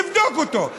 תבדוק אותו.